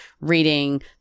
reading